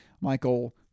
michael